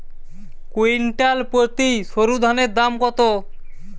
Quintal প্রতি সরুধানের দাম কত?